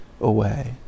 away